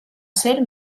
ser